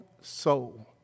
soul